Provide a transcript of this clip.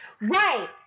Right